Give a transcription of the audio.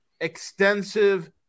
extensive